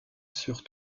sur